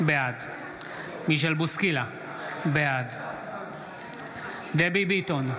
בעד מישל בוסקילה, בעד דבי ביטון,